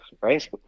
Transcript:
right